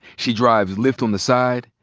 she drives lyft on the side,